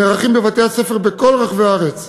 נערכים בבתי-הספר בכל רחבי הארץ,